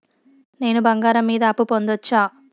నేను బంగారం మీద అప్పు పొందొచ్చా?